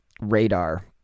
radar